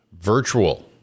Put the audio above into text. Virtual